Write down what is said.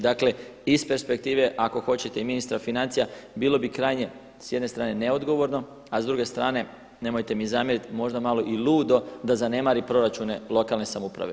Dakle, iz perspektive ako hoćete i ministra financija bilo bi krajnje, s jedne strane neodgovorno, a s druge strane, nemojte mi zamjeriti, možda malo i ludo da zanemari proračune lokalne samouprave.